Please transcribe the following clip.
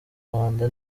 rwanda